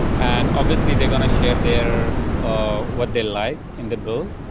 and obviously they're going to share their um what they like in the build.